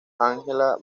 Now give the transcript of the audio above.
ángela